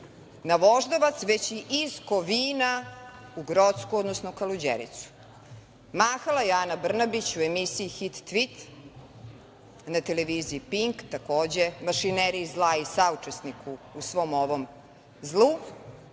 na Voždovac, već i iz Kovina u Grocku, odnosno Kaluđericu. Mahala je Ana Brnabić u emisiji „Hit tvit“, na televiziji Pink, takođe mašineriji zla i saučesnik u svom ovom zlu,